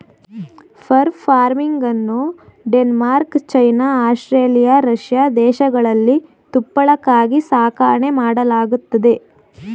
fur ಫಾರ್ಮಿಂಗನ್ನು Denmark, China, Australia, Russia ದೇಶಗಳಲ್ಲಿ ತುಪ್ಪಳಕ್ಕಾಗಿ ಸಾಕಣೆ ಮಾಡಲಾಗತ್ತದೆ